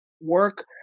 work